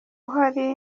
uhari